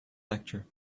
lecture